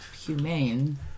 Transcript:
humane